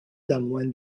damwain